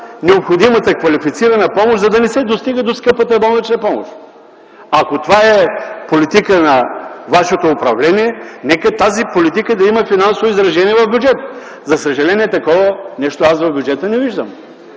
необходимата квалифицирана помощ, за да не се достига до скъпата болнична помощ. Ако това е политиката на вашето управление, нека тази политика да има финансово изражение в бюджета. За съжаление такова нещо аз в бюджета не виждам.